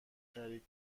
شریک